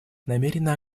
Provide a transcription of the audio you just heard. намерена